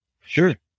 Sure